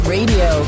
Radio